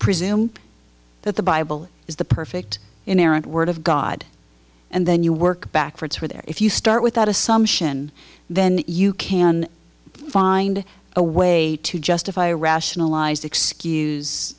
presume that the bible is the perfect in errant word of god and then you work backwards from there if you start with that assumption then you can find a way to justify rationalize excuse